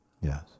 Yes